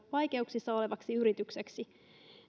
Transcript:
vaikeuksissa olevaksi yritykseksi